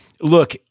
look